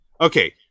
Okay